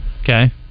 okay